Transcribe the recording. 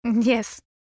Yes